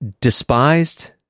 despised